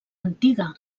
antiga